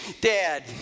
Dad